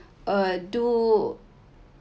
uh do